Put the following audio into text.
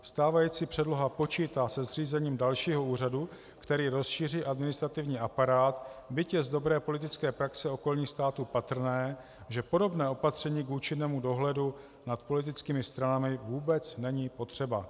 Stávající předloha počítá se zřízením dalšího úřadu, který rozšíří administrativní aparát, byť je z dobré politické praxe okolních států patrné, že podobné opatření k účinnému dohledu nad politickými stranami vůbec není potřeba.